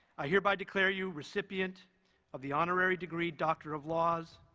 i hereby declare you recipient of the honorary degree doctor of laws,